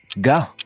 Go